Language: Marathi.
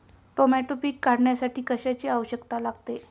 टोमॅटो पीक काढण्यासाठी कशाची आवश्यकता लागते?